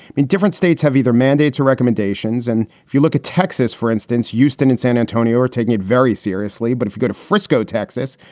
different states have either mandates or recommendations. and if you look at texas, for instance, euston in san antonio are taking it very seriously. but if you go to frisco, texas,